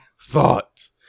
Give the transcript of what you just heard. thought